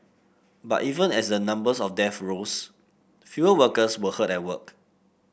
but even as the numbers of deaths rose fewer workers were hurt at work